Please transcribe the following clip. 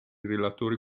relatori